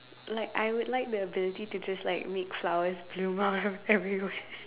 like I would like the ability to just like make flowers bloom out of everywhere